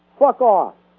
walked off